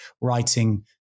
writing